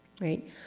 right